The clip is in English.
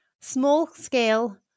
Small-scale